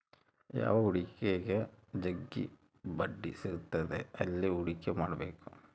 ಯಾವ ಹೂಡಿಕೆಗ ಜಗ್ಗಿ ಬಡ್ಡಿ ಸಿಗುತ್ತದೆ ಅಲ್ಲಿ ಹೂಡಿಕೆ ಮಾಡ್ಬೇಕು